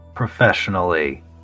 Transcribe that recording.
Professionally